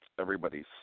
everybody's